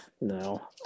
No